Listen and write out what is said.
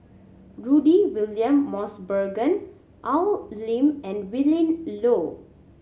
Rudy William Mosbergen Al Lim and Willin Low